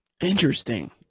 Interesting